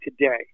today